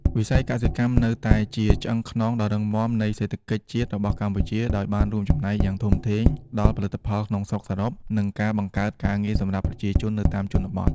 វិស័យកសិកម្មនៅតែជាឆ្អឹងខ្នងដ៏រឹងមាំនៃសេដ្ឋកិច្ចជាតិរបស់កម្ពុជា ដោយបានរួមចំណែកយ៉ាងធំធេងដល់ផលិតផលក្នុងស្រុកសរុប និងការបង្កើតការងារសម្រាប់ប្រជាជននៅតាមជនបទ។